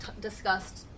discussed